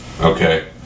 okay